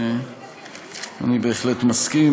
ואני בהחלט מסכים.